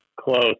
Close